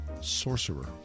sorcerer